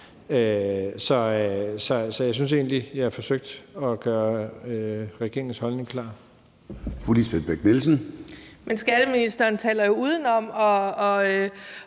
Så jeg synes egentlig, jeg forsøgte at gøre regeringens holdning klar.